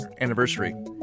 anniversary